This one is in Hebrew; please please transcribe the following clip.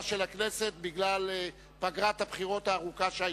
של הכנסת בגלל פגרת הבחירות הארוכה שהיתה,